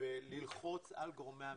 וללחוץ על גורמי הממשלה,